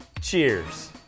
Cheers